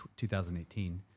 2018